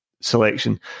selection